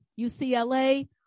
UCLA